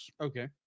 Okay